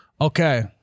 okay